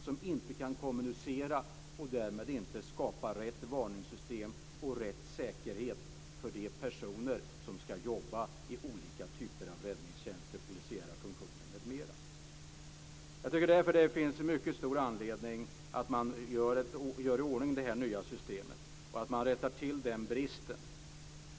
När de inte kan kommunicera kan man inte skapa rätt varningssystem och rätt säkerhet för de personer som ska jobba i olika typer av räddningstjänst och polisiära funktioner m.m. Det finns därför mycket stor anledning att man gör i ordning det nya systemet och rättar till den bristen.